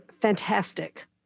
fantastic